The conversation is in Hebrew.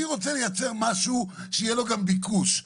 אני רוצה לייצר משהו שיהיה לו גם ביקוש,